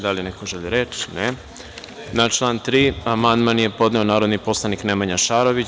Da li neko želi reč? (Ne.) Na član 3. amandman je podneo narodni poslanik Nemanja Šarović.